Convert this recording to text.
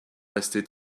rester